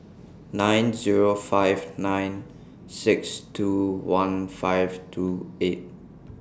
nine Zero five nine six two one five two eight